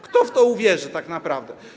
Kto w to uwierzy tak naprawdę?